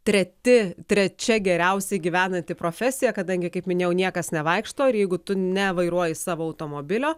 treti trečia geriausiai gyvenanti profesija kadangi kaip minėjau niekas nevaikšto ir jeigu tu nevairuoji savo automobilio